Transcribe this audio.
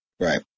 Right